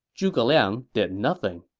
zhuge liang did nothing.